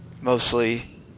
mostly